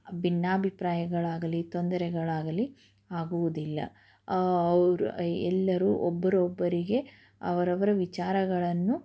ಭಿನ್ನಾಭಿಪ್ರಾಯಗಳಾಗಲಿ ತೊಂದರೆಗಳಾಗಲಿ ಆಗುವುದಿಲ್ಲ ಅವರು ಎಲ್ಲರೂ ಒಬ್ಬರು ಒಬ್ಬರಿಗೆ ಅವರವರ ವಿಚಾರಗಳನ್ನು